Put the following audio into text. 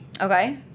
okay